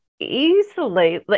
Easily